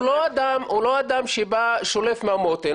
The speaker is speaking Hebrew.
הוא לא אדם ששולף מהמותן.